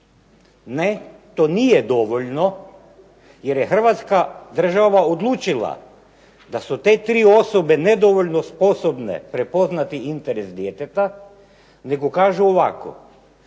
Ne, to nije dovoljno jer je Hrvatska država odlučila da su te 3 osobe nedovoljno sposobne prepoznati interes djeteta, nego kažu ovako: